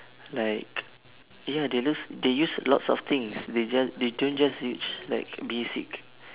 like ya they lose they use lots of things they just they don't just use like basic